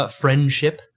friendship